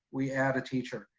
we add a teacher.